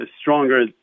stronger